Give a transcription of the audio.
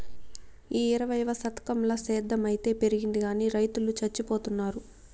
ఈ ఇరవైవ శతకంల సేద్ధం అయితే పెరిగింది గానీ రైతులు చచ్చిపోతున్నారు